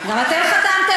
גם אתם חתמתם?